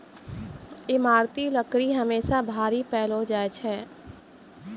ईमारती लकड़ी हमेसा भारी पैलो जा छै